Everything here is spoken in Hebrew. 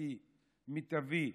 תרופתי מיטבי